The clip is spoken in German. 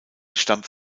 stammt